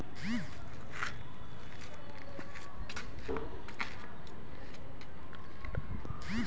bioshelter के भीतर विभिन्न प्रकार के माइक्रोक्लाइमेट हैं